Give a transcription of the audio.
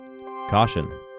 Caution